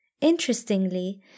Interestingly